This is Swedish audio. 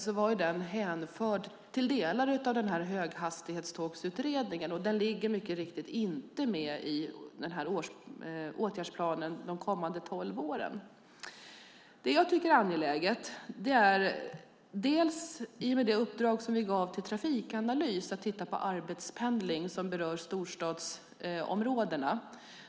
Den var ju hänförd till delar av den här höghastighetstågsutredningen. Den ligger, mycket riktigt, inte med i åtgärdsplanen för de kommande tolv åren. Vi gav Trafikanalys i uppdrag att titta på arbetspendling som berör storstadsområdena.